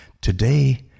Today